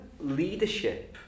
leadership